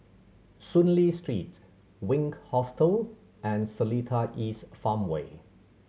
Soon Lee Street Wink Hostel and Seletar East Farmway